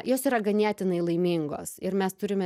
jos yra ganėtinai laimingos ir mes turime